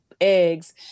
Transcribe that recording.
eggs